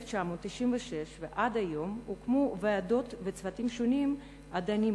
מ-1996 ועד היום הוקמו ועדות וצוותים שונים הדנים בנושא.